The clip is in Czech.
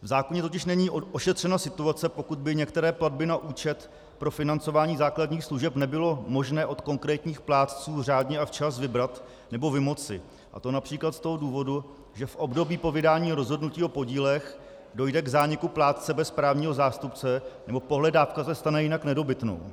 V zákoně totiž není ošetřena situace, pokud by některé platby na účet pro financování základních služeb nebylo možné od konkrétních plátců řádně a včas vybrat nebo vymoci, a to například z toho důvodu, že v období po vydání rozhodnutí o podílech dojde k zániku plátce bez právního nástupce nebo pohledávka se stane jinak nedobytnou.